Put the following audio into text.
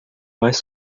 mais